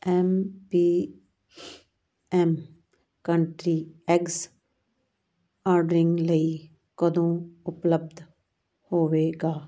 M P M country eggs ordering ਲਈ ਕਦੋਂ ਉਪਲੱਬਧ ਹੋਵੇਗਾ